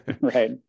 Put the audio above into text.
right